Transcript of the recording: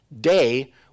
day